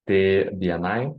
tai bni